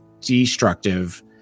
destructive